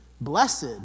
Blessed